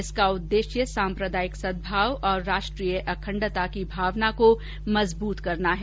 इसका उद्देश्य सांप्रदायिक सद्भाव और राष्ट्रीय अखंडता की भावना को मजबूत करना है